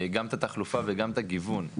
גם את התחלופה וגם את הגיוון.